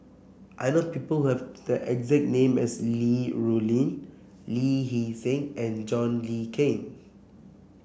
I know people have the exact name as Li Rulin Lee Hee Seng and John Le Cain